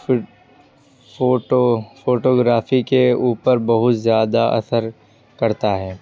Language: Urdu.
فوٹو فوٹوگرافی کے اوپر بہت زیادہ اثر کرتا ہے